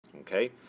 okay